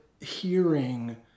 hearing